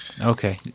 Okay